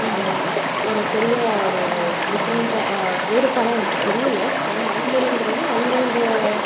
ஒரு பெரிய ஒரு டிஃப்ரன்ஸாக வேறுபாடாக எனக்கு தெரியலை ஏன்னா அரசியலுங்கிறது அவங்கவுங்க